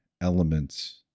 elements